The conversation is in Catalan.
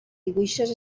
dibuixos